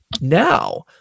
now